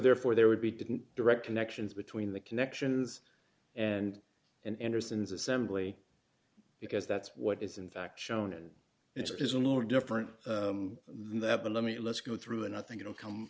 therefore there would be didn't direct connections between the connections and in anderson's assembly because that's what is in fact shown and it's a little different than that but let me let's go through and i think it'll come